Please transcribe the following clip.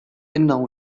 إنه